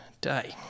day